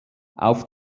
auf